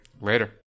later